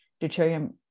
deuterium